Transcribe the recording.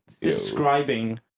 describing